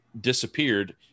disappeared